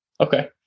Okay